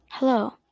Hello